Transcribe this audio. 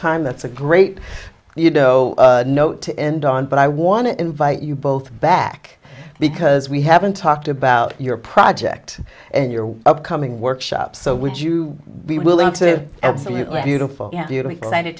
time that's a great note to end on but i want to invite you both back because we haven't talked about your project and your upcoming workshop so would you be willing to absolutely beautiful beautiful